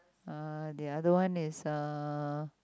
ah the other one is ah